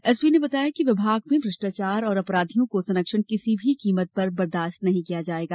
SP ने बताया कि विभाग में भ्रष्टाचार और अपराधियों को संरक्षण किसी भी कीमत पर बर्दाश्त नहीं किया जाएगा